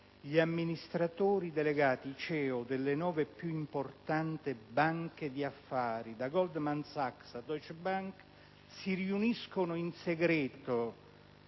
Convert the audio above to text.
gli amministratori delegati, i CEO, delle nove più importanti banche d'affari, da Goldman Sachs a Deutsche Bank - si riuniscono in segreto